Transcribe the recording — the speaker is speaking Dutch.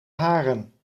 haren